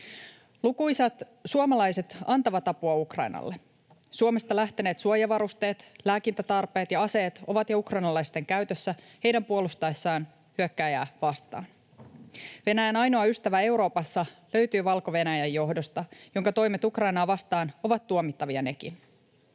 Lukuisat suomalaiset antavat apua Ukrainalle. Suomesta lähteneet suojavarusteet, lääkintätarpeet ja aseet ovat jo ukrainalaisten käytössä heidän puolustaessaan hyökkääjää vastaan. Venäjän ainoa ystävä Euroopassa löytyy Valko-Venäjän johdosta, jonka toimet Ukrainaa vastaan ovat tuomittavia nekin.